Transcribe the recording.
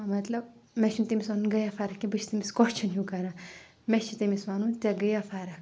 مَطلب مےٚ چھِ تٔمِس وَنُن گٔیٛا فَرق کینٛہہ بہٕ چھس تٔمِس قۄسچَن ہیوٗ کَران مےٚ چھِ تٔمِس وَنُن ژےٚ گٔیٛا فَرق